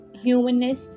humanness